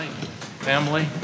Family